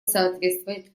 соответствовать